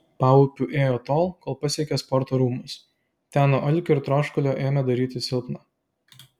paupiu ėjo tol kol pasiekė sporto rūmus ten nuo alkio ir troškulio ėmė darytis silpna